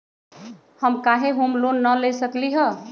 हम काहे home loan न ले सकली ह?